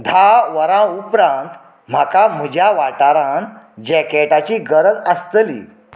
धा वरां उपरांत म्हाका म्हज्या वाठारांत जेकॅटाची गरज आसतली